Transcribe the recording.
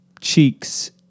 cheeks